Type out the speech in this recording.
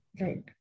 Right